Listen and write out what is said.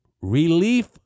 relief